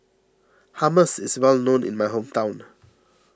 Hummus is well known in my hometown